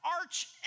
arch